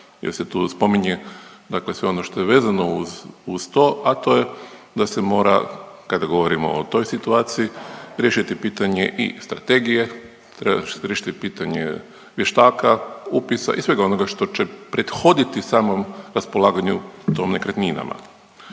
jer se tu spominje dakle sve ono što je vezano uz, uz to, a to je da se mora kada govorimo o toj situaciji, riješiti pitanje i strategije, riješiti pitanje vještaka, upisa i svega onoga što će prethoditi samom raspolaganju tom nekretninama.